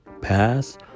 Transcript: pass